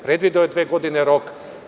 Predvideo je dve godine rok.